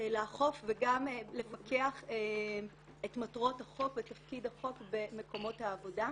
וגם לפקח את מותרות החוק ותפקיד החוק במקום העבודה.